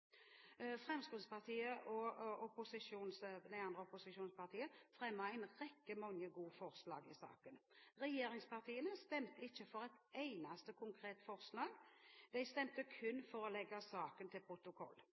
Fremskrittspartiet og de andre opposisjonspartiene fremmet en rekke gode forslag i saken. Regjeringspartiene stemte ikke for et eneste konkret forslag. De stemte